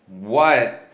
why